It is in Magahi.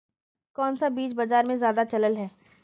कोन सा बीज बाजार में ज्यादा चलल है?